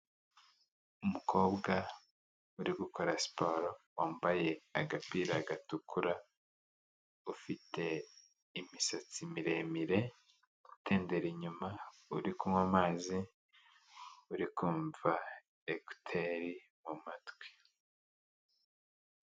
Umukobwa uri gukora siporo, wambaye agapira gatukura, ufite imisatsi miremire itendera inyuma, uri kunywa amazi, urikumva ekuteri mu matwi.